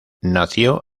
nació